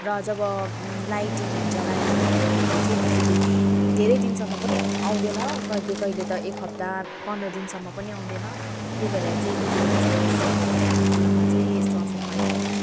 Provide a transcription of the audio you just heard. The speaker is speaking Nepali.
र जब लाइटिङ हुन्छ लाइटिङहरू हुँदाखेरि चाहिँ बिजुली धेरै दिनसम्म पनि आउँदैन कहिले कहिले त एक हप्ता पन्ध्र दिनसम्म पनि आउँदैन त्यही भएर चाहिँ बिजुलीको समस्याले चाहिँ हाम्रो जीवनमा चाहिँ यस्तो असर पारिरहेको छ